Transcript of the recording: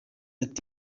ati